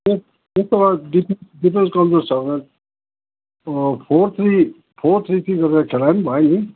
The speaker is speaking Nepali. त्यस त्यस्तोमा डिफेन्स डिफेन्स कमजोर छ भने four three four three three गरेर खेलायो भने पनि भयो नि